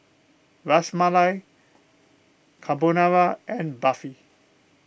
Ras Malai Carbonara and Barfi